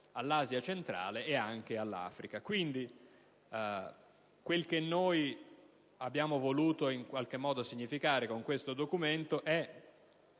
dell'Asia centrale e anche dell'Africa. Quindi, quel che noi abbiamo voluto in qualche modo significare con questo ordine